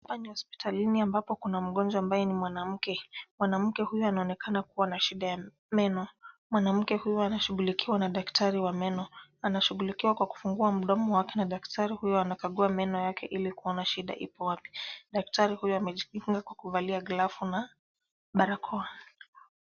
Hapa ni hospitalini ambapo kuna mgonjwa ambaye ni mwanamke. Mwanamke huyu anaonekana kuwa na shida ya meno. Mwanamke huyu anashughulikiwa na daktari wa meno. Anashughulikiwa kwa kufungua mdomo wake na daktari huyu anakagua meno yake ili kuona shida ipo wapi. Daktari huyu amejikinga kwa kuvalia glavu na barakoa.